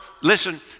listen